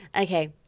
Okay